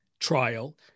trial